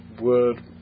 word